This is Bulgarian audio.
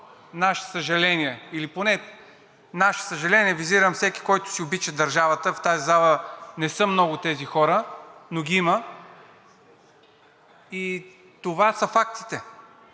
наше съжаление или поне – наше съжаление, визирам всеки, който си обича държавата. В тази зала не са много тези хора, но ги има. Това са фактите.